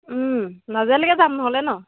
নাজিৰা লৈকে যাম নহ'লে ন